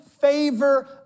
favor